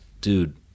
dude